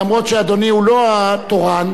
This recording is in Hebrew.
אומנם אדוני לא התורן,